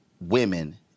women